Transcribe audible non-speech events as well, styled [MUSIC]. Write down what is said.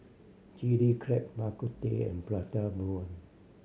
Chilli Crab Bak Kut Teh and prata [UNINTELLIGIBLE]